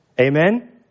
Amen